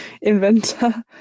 inventor